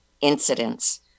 incidents